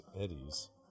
Eddies